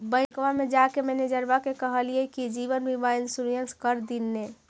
बैंकवा मे जाके मैनेजरवा के कहलिऐ कि जिवनबिमा इंश्योरेंस कर दिन ने?